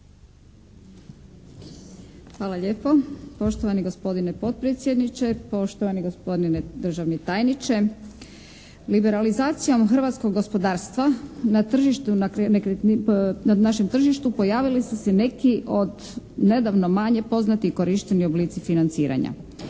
Hvala lijepo. Poštovani gospodine potpredsjedniče, poštovani gospodine državni tajniče. Liberalizacijom hrvatskog gospodarstva na našem tržištu pojavili su se neki od nedavno manje poznati i korišteni oblici financiranja.